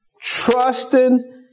Trusting